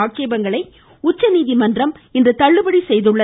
ஆட்சேபங்களை உச்சநீதிமன்றம் இன்று தள்ளுபடி செய்துள்ளது